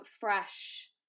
fresh